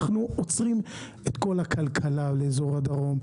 אנחנו עוצרים את כל הכלכלה לאזור הדרום,